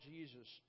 Jesus